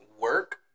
work